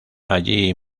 allí